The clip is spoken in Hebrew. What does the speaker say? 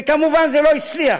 וכמובן זה לא הצליח